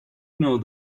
know